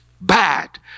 bad